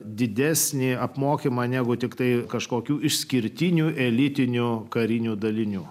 didesnį apmokymą negu tiktai kažkokių išskirtinių elitinio karinio dalinio